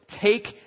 take